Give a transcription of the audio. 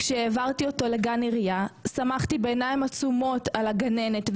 כשהעברתי אותו לגן עירייה סמכתי בעיניים עצומות על הגננת.